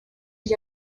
gli